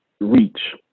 reach